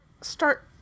start